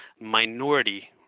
minority